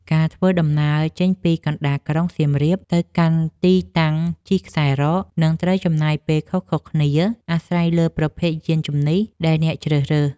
ការធ្វើដំណើរចេញពីកណ្ដាលក្រុងសៀមរាបទៅកាន់ទីតាំងជិះខ្សែរ៉ក នឹងត្រូវចំណាយពេលខុសៗគ្នាអាស្រ័យលើប្រភេទយានជំនិះដែលអ្នកជ្រើសរើស។